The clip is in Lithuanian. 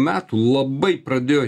metų labai pradėjo